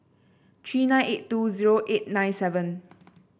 three nine eight two zero eight nine seven